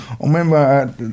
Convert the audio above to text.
remember